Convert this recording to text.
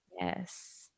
yes